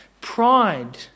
pride